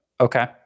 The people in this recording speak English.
Okay